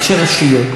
ראשי רשויות,